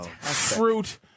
fruit